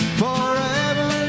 forever